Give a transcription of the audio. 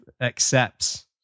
accepts